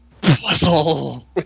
Puzzle